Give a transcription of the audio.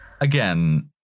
Again